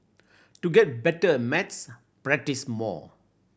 to get better at maths practise more